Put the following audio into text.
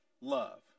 love